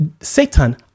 Satan